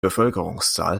bevölkerungszahl